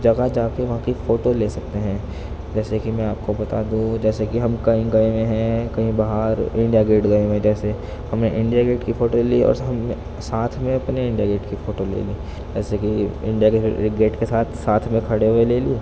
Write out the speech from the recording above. جگہ جا کے وہاں قی فوٹو لے سکتے ہیں جیسے کہ میں آپ کو بتا دوں جیسے کہ ہم کہیں گئے ہوئے ہیں کہیں باہر انڈیا گیٹ گئے ہوئے ہیں جیسے ہم نے انڈیا گیٹ کی فوٹو لی اور ہم ساتھ میں اپنے انڈیا گیٹ کی فوٹو لے لی جیسے کہ انڈیا گیٹ کے ساتھ ساتھ میں کھڑے ہوئے لے لی